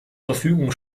verfügung